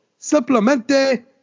Simplemente